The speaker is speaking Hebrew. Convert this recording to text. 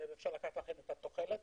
אפשר לקחת את הממוצע.